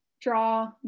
draw